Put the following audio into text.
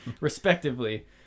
respectively